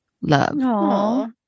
Love